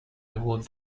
reward